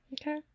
Okay